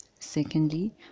Secondly